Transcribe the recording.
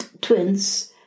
twins